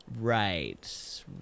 Right